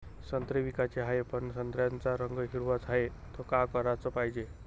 संत्रे विकाचे हाये, पन संत्र्याचा रंग हिरवाच हाये, त का कराच पायजे?